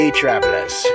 travelers